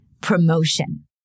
promotion